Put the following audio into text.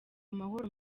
amahoro